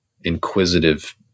inquisitive